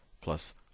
plus